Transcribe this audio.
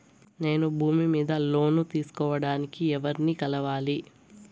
నేను భూమి మీద లోను తీసుకోడానికి ఎవర్ని కలవాలి?